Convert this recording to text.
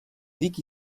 dic